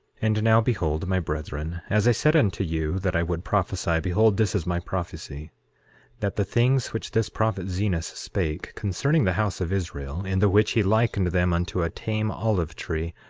and now, behold, my brethren, as i said unto you that i would prophesy, behold, this is my prophecy that the things which this prophet zenos spake, concerning the house of israel, in the which he likened them unto a tame olive-tree,